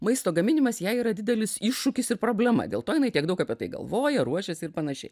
maisto gaminimas jai yra didelis iššūkis ir problema dėl to jinai tiek daug apie tai galvoja ruošiasi ir panašiai